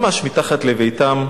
ממש מתחת לביתם,